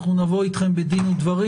אנחנו נבוא איתכם בדין ודברים.